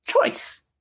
choice